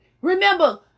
remember